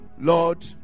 Lord